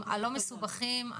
הלא מסובכים,